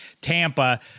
Tampa